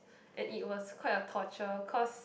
and it was quite a torture cause